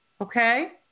Okay